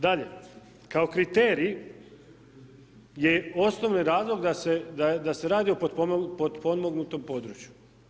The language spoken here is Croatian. Dalje, kao kriterij je osnovni razlog da se radi o potpomognutom području.